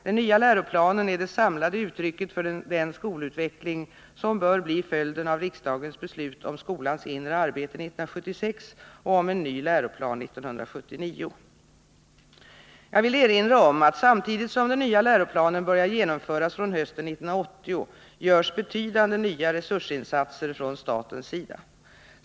Den nya läroplanen är det samlade uttrycket för den skolutveckling som bör bli följden av riksdagens beslut om skolans inre arbete 1976 och om en ny läroplan 1979. Jag vill erinra om att samtidigt som den nya läroplanen börjar genomföras från hösten 1980 görs betydande nya resursinsatser från statens sida.